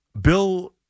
Bill